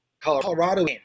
Colorado